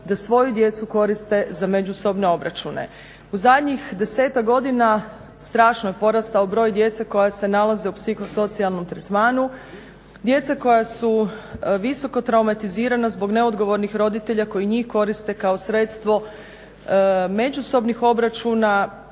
da svoju djecu koriste za međusobne obračune. U zadnjih 10-tak godina strašno je porastao broj djece koje se nalaze u psihosocijalnom tretmanu, djece koja su visoko traumatizirana zbog neodgovornih roditelja koji njih koriste kao sredstvo međusobnih obračuna